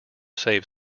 save